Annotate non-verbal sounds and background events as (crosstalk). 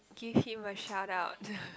give him a shout out (laughs)